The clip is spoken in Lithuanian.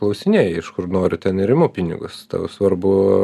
klausinėji iš kur noriu ten ir imu pinigus svarbu